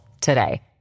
today